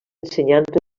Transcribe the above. ensenyant